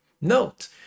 Note